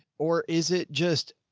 or is it just.